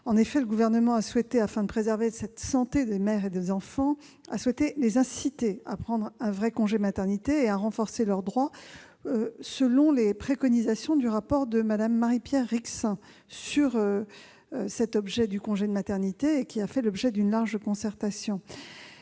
En effet, le Gouvernement a souhaité, afin de préserver la santé des mères et des enfants, les inciter à prendre un véritable congé maternité et à renforcer leurs droits, selon les préconisations du rapport de Mme Marie-Pierre Rixain sur le congé de maternité, lequel a fait l'objet d'une large concertation.